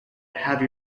have